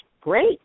Great